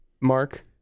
mark